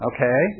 Okay